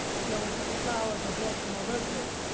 she always has flowers or blossoms or roses,